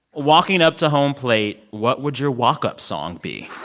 walking up to home plate, what would your walk-up song be?